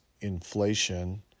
inflation